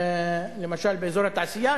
למשל באזור התעשייה,